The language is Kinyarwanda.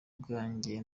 ubwanjye